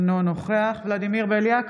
אינו נוכח ולדימיר בליאק,